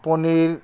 paneer